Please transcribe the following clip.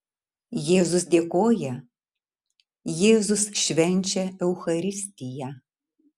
jėzus dėkoja jėzus švenčia eucharistiją